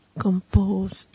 composed